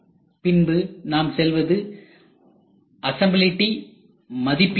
பின்பு நாம் செல்வது அசெம்பிளிடி மதிப்பீடாகும்